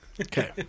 Okay